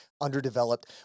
underdeveloped